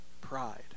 pride